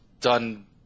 done